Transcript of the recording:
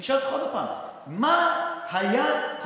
אני שואל אותך עוד פעם, מה היה קורה?